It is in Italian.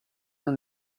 non